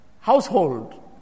household